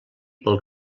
pel